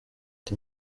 ati